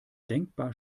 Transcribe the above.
denkbar